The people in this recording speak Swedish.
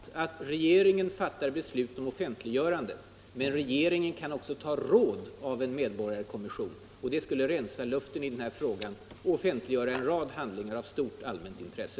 Herr talman! Det är sant att regeringen fattar beslut om offentliggörandet. Men regeringen kan ra råd av en medborgarkommission. Det skulle rensa luften i den här frågan att offentliggöra en rad handlingar av stort allmänt intresse.